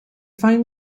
find